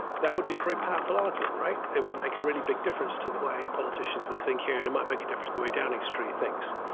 that would be a very powerful argument. right. it would make a really big difference to the way politicians would think here. and it might make a difference the way downing street thinks.